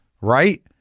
right